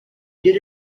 did